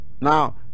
Now